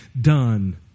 done